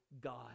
God